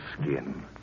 skin